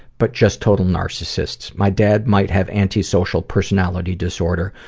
but just total narcissists. my dad might have antisocial personality disorder,